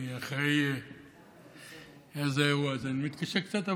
אני אחרי איזה אירוע, אז אני מתקשה קצת.